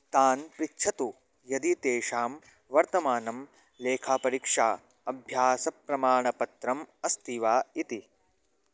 तान् पृच्छतु यदि तेषां वर्तमानं लेखापरीक्षा अभ्यासप्रमाणपत्रम् अस्ति वा इति